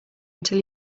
until